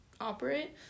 operate